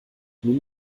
nun